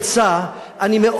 עצה: אני,